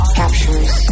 captures